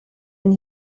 and